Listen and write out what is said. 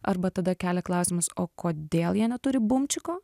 arba tada kelia klausimus o kodėl jie neturi bumčiko